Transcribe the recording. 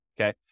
okay